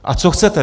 A co chcete!